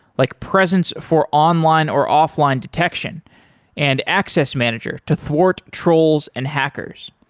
like presence for online or offline detection and access manager to thwart trolls and hackers.